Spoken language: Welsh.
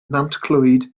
nantclwyd